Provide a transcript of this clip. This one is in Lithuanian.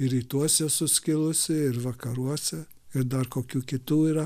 ir rytuose suskilusi ir vakaruose ir dar kokių kitų yra